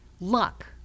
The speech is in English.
luck